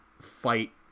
fight